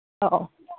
ꯑꯧ